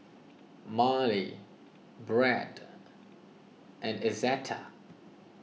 Marely Brett and Izetta